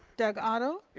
doug otto? here.